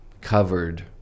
covered